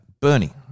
Bernie